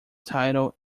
title